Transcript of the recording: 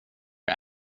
are